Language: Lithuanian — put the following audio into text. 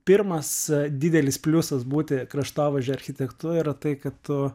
pirmas didelis pliusas būti kraštovaizdžio architektu yra tai kad tu